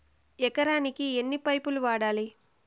ఎకరాకి ఎన్ని పైపులు వాడాలి?